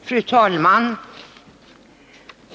Fru talman!